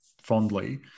fondly